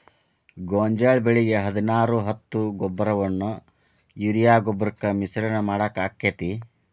ಗೋಂಜಾಳ ಬೆಳಿಗೆ ಹದಿನಾರು ಹತ್ತು ಗೊಬ್ಬರವನ್ನು ಯೂರಿಯಾ ಗೊಬ್ಬರಕ್ಕೆ ಮಿಶ್ರಣ ಮಾಡಾಕ ಆಕ್ಕೆತಿ?